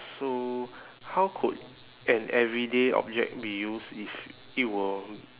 so how could an everyday object be used if it were